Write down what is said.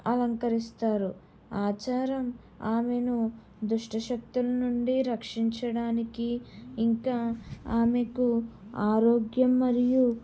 అలంకరిస్తారు ఆచారం ఆమెను దుష్టశక్తుల నుండి రక్షించడానికి ఇంకా ఆమెకు ఆరోగ్యం మరియు